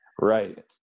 Right